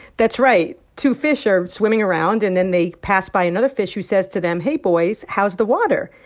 that's right. two fish are swimming around. and then they pass by another fish who says to them, hey, boys, how's the water?